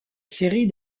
série